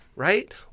Right